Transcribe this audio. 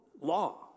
law